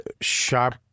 sharp